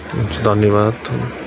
धन्यवाद